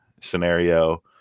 scenario